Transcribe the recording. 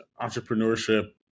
entrepreneurship